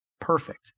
perfect